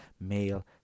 male